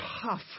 tough